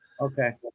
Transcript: Okay